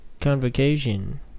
convocation